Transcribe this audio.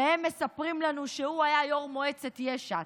והם מספרים לנו שהוא היה יו"ר מועצת יש"ע,